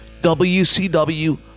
WCW